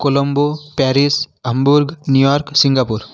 Colombo Paris hamburg New York Singapore